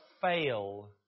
fail